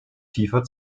tiefer